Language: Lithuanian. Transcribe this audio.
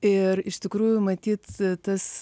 ir iš tikrųjų matyt tas